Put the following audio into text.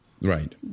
Right